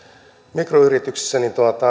mikroyrityksissä